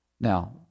Now